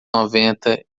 noventa